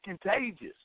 contagious